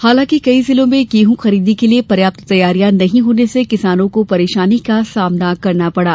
हालांकि कई जिलों में गेंहू खरीदी के लिये पर्याप्त तैयारियां नहीं होने से किसानों को परेशानी का सामना करना पड़ा